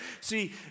See